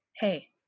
Hey